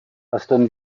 aston